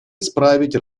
исправить